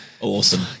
Awesome